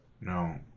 No